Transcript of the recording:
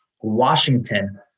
Washington